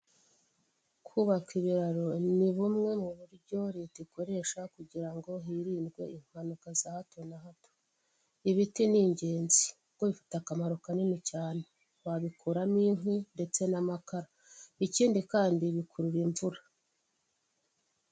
Kubaka ibiraro ni bumwe mu buryo Leta ikoresha kugira ngo hirindwe impanuka za hato na hato. Ibiti ni ingenzi, kuko bifite akamaro kanini cyane. Wabikuramo inkwi, ndetse n'amakara. Ikindi kandi bikurura imvura.